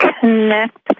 connect